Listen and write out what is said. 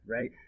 right